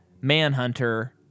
Manhunter